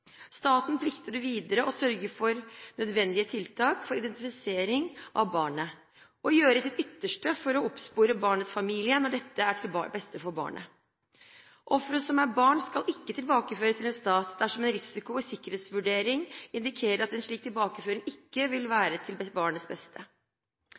Staten plikter videre å sørge for nødvendige tiltak for identifisering av barnet og gjøre sitt ytterste for å oppspore barnets familie når dette er til beste for barnet. Ofre som er barn, skal ikke tilbakeføres til en stat dersom en risiko- og sikkerhetsvurdering indikerer at en slik tilbakeføring ikke vil